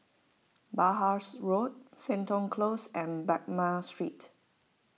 Penhas Road Seton Close and Baghdad Street